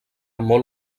molt